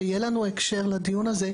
שיהיה לנו הקשר לדיון הזה.